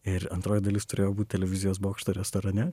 ir antroji dalis turėjo būt televizijos bokšto restorane